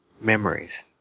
Memories